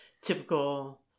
typical